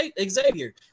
Xavier